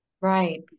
Right